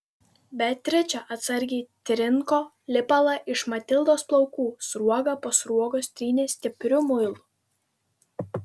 beatričė atsargiai trinko lipalą iš matildos plaukų sruogą po sruogos trynė stipriu muilu